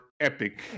Epic